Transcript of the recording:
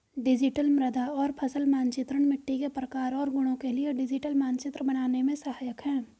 digital मृदा और फसल मानचित्रण मिट्टी के प्रकार और गुणों के लिए डिजिटल मानचित्र बनाने में सहायक है